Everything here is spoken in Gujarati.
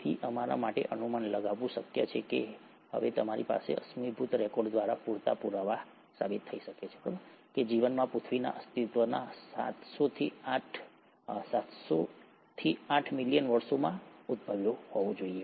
તેથી અમારા માટે અનુમાન લગાવવું શક્ય છે અને હવે તમારી પાસે અશ્મિભૂત રેકોર્ડ્સ દ્વારા પૂરતા પુરાવા છે કે જીવન પૃથ્વીના અસ્તિત્વના સાતસોથી આઠ મિલિયન વર્ષોમાં ઉદ્ભવ્યું હોવું જોઈએ